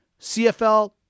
CFL